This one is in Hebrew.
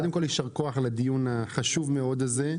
קודם כל יישר כוח על הדיון החשוב מאוד הזה.